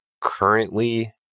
currently